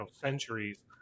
centuries